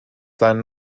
seinen